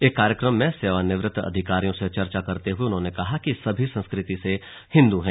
एक कार्यक्रम में सेवानिवृत्त अधिकारीयों से चर्चा करते हुए उन्होंने कहा कि सभी संस्कृति से हिन्दू हैं